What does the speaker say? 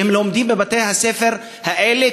שהם לומדים בבתי-הספר האלה,